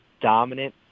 dominant